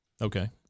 Okay